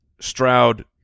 Stroud